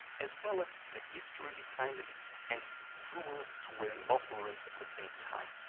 as well as the history behind it and rules to wearing multiple rings at the same time.